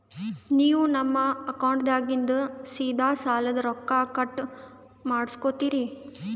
ನೀವು ನಮ್ಮ ಅಕೌಂಟದಾಗಿಂದ ಸೀದಾ ಸಾಲದ ರೊಕ್ಕ ಕಟ್ ಮಾಡ್ಕೋತೀರಿ?